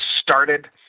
started